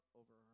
over